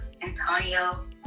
Antonio